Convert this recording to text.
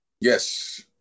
Yes